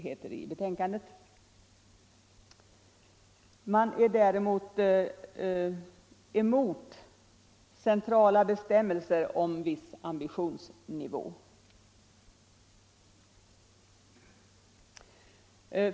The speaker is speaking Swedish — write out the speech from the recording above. Majoriteten är däremot emot centrala bestämmelser om viss ambitionsnivå.